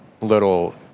little